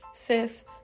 Sis